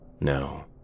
No